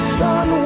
sun